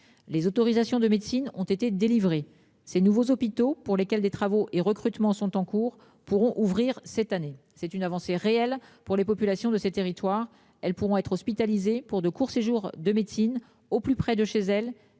Les autorisations de médecine ont été délivrés. Ces nouveaux hôpitaux pour lesquels des Travaux et recrutements sont en cours pourront ouvrir cette année c'est une avancée réelle pour les populations de ces territoires, elles pourront être hospitalisé pour de courts séjours de médecine au plus près de chez elle